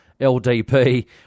LDP